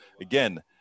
again